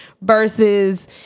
Versus